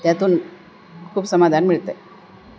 त्यातून खूप समाधान मिळतं आहे